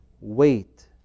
Wait